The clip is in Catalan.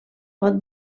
pot